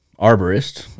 arborist